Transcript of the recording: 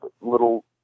little